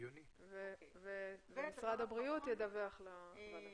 ומשרד הבריאות ידווח לוועדה.